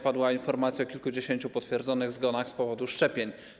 Padła informacja o kilkudziesięciu potwierdzonych zgonach z powodu szczepień.